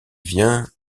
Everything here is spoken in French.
vient